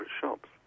shops